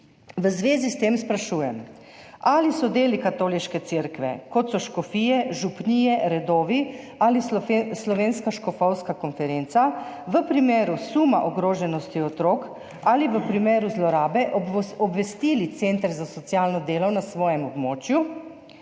V zvezi s tem sprašujem: Ali so deli Katoliške cerkve, kot so škofije, župnije, redovi, ali Slovenska škofovska konferenca v primeru suma ogroženosti otrok ali v primeru zlorabe obvestili center za socialno delo na svojem območju,